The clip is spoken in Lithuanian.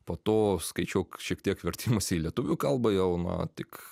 po to skaičiau šiek tiek vertimus į lietuvių kalbą jau na tik